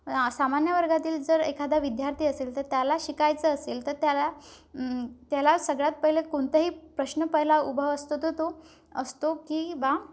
सामान्य वर्गातील जर एखादा विध्यार्थी असेल तर त्याला शिकायचं असेल तर त्याला त्याला सगळ्यात पहिले कोणताही प्रश्न पहिला उभा असतो तो तो असतो की बा